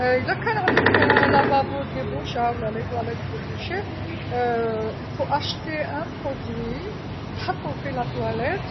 إذا كان عندك الحوض مبوشي و لا مرحاض مبوشي يلزم تشري منتج تحطو في مرحاض